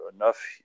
enough